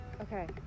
Okay